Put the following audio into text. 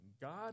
God